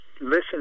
listen